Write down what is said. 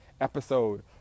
episode